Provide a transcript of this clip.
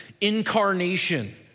incarnation